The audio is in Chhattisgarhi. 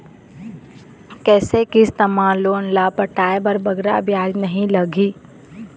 कइसे किस्त मा लोन ला पटाए बर बगरा ब्याज नहीं लगही?